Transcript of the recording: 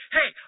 Hey